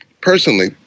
Personally